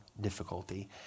difficulty